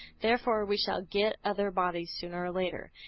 therefore we shall get other bodies, sooner or later.